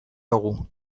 dugu